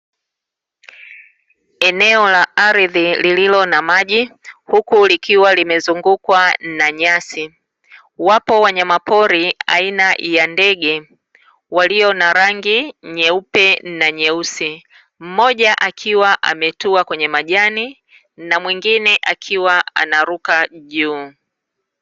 Eneo la ardhi lililo na maji huku likiwa limezungukwa na nyasi, wapo wanyamapori aina ya ndege, walio na rangi nyeupe na nyeusi, mmoja akiwa ametua kwenye majani na mwingine akiwa anaruka juu.